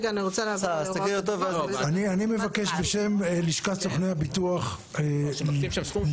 אני מבקש בשם לשכת סוכני הביטוח לבטל